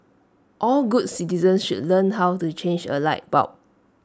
all good citizens should learn how to change A light bulb